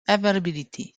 availability